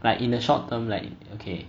like in the short term like okay